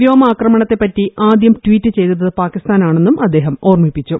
വ്യോമാക്രമണത്തെപ്പറ്റി ആദ്യം ട്ചീറ്റ് ചെയ്തത് പാകിസ്ഥാനാണെന്നും അദ്ദേഹം ഓർമ്മിപ്പിച്ചു